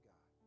God